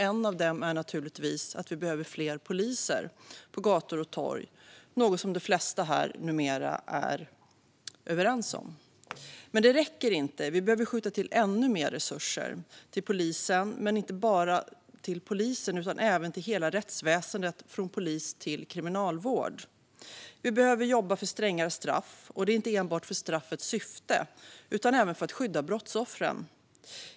En av dem är naturligtvis att vi behöver fler poliser på gator och torg, något som de flesta här numera är överens om. Men det räcker inte. Vi behöver skjuta till ännu mer resurser till polisen, men inte bara till polisen utan även till hela rättsväsendet från polis till kriminalvård. Vi behöver jobba för strängare straff. Det är inte enbart för straffets syfte utan även för att skydda brottsoffren.